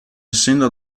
essendo